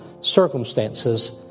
circumstances